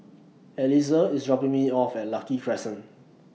Eliezer IS dropping Me off At Lucky Crescent